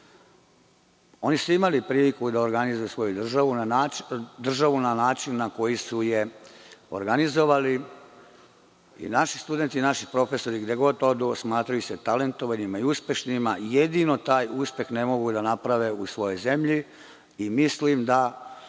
Oni su imali priliku da organizuju svoju državu na način na koji su je organizovali. Naši studenti i naši profesori, gde god odu smatraju se talentovanima i uspešnima. Jedino taj uspeh ne mogu da naprave u svojoj zemlji i mislim da